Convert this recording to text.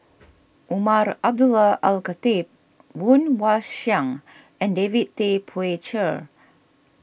Umar Abdullah Al Khatib Woon Wah Siang and David Tay Poey Cher